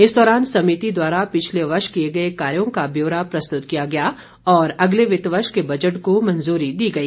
इस दौरान समिति द्वारा पिछले वर्ष किए गए कार्यों का ब्यौरा प्रस्तुत किया गया और अगले वित्त वर्ष के बजट को मंजूरी दी गई